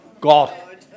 God